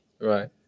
Right